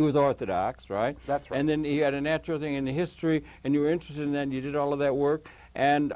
right and then he had a natural thing in history and your interest and then you did all of that work and